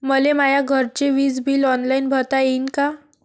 मले माया घरचे विज बिल ऑनलाईन भरता येईन का?